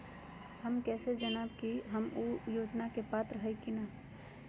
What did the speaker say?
हम कैसे जानब की हम ऊ योजना के पात्र हई की न?